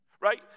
right